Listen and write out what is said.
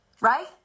Right